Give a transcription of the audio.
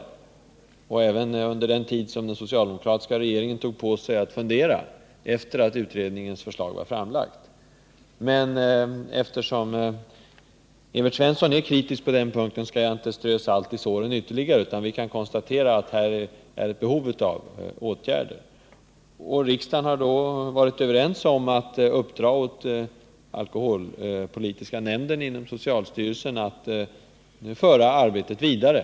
Det hände även under den tid som den socialdemokratiska regeringen tog på sig att fundera efter det att utredningens förslag var framlagt. Men eftersom Evert Svensson är kritisk på den punkten skall jag inte strö salt i såren ytterligare, utan bara konstatera att det föreligger behov av åtgärder. Riksdagen har varit överens om att uppdra åt alkoholpolitiska nämnden inom socialstyrelsen att föra arbetet vidare.